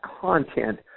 content